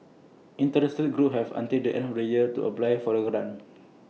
interested groups have until the end of the year to apply for the grant